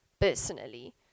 personally